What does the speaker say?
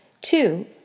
Two